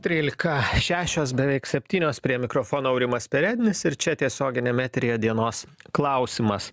trylika šešios beveik septynios prie mikrofono aurimas perednis ir čia tiesioginiam eteryje dienos klausimas